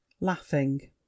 Laughing